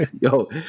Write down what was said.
yo